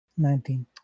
19